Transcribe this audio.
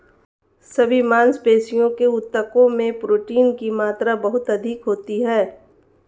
सभी मांसपेशियों के ऊतकों में प्रोटीन की मात्रा बहुत अधिक होती है